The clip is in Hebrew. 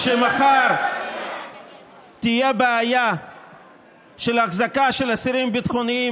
כשמחר תהיה בעיה של החזקה של אסירים ביטחוניים